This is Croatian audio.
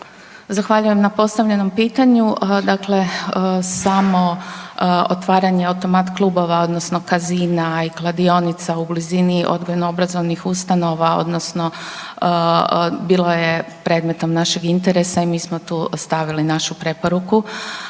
Zahvaljujem na postavljenom pitanju, dakle samo otvaranje automat klubova odnosno kazina i kladionica u blizini odgojno obrazovnih ustanova odnosno bilo je predmetom našeg interesa i mi smo tu stavili našu preporuku.